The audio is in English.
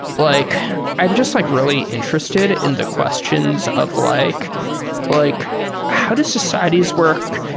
like i'm just like really interested in the questions of like like how does societies work?